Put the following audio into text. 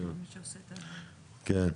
כן.